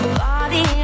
body